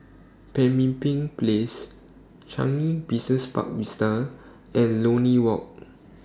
Pemimpin Place Changi Business Park Vista and Lornie Walk